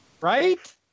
Right